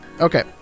Okay